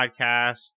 podcast